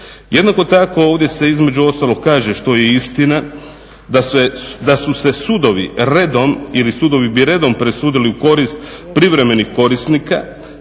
Jednako tako ovdje se između ostalog kaže, što je istina, da su se sudovi redovi ili sudovi bi redom presudili u korist privremenih korisnika